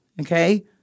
Okay